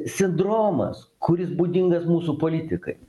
sindromas kuris būdingas mūsų politikai